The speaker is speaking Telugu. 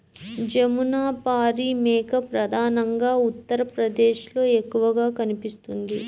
జమునపారి మేక ప్రధానంగా ఉత్తరప్రదేశ్లో ఎక్కువగా కనిపిస్తుంది